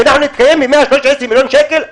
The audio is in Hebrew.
שאנחנו נתקיים מ-113 מיליון שקלים?